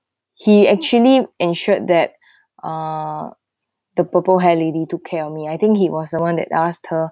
he actually ensured that ah the purple hair lady took care of me I think he was someone that asked her